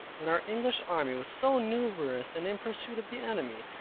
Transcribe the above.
when our english army was so numerous, and in pursuit of the enemy,